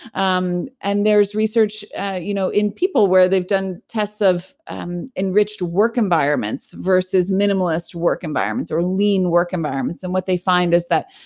um and there's research you know in people where they've done tests have um enriched work environments versus minimalist work environments or lean work environments. and what they find is that,